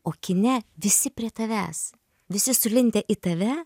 o kine visi prie tavęs visi sulindę į tave